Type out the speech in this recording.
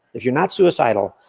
if you're not suicidal,